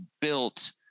built